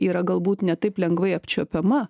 yra galbūt ne taip lengvai apčiuopiama